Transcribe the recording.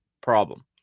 problem